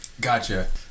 gotcha